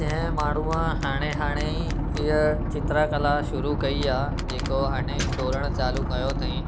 जंहिं माण्हूअ हाणे हाणे ई हीअ चित्रकला शुरू कई आहे जेको हाणे डोड़णु चालू कयो अथईं